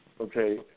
Okay